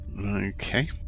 Okay